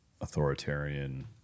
authoritarian